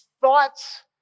thoughts